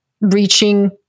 reaching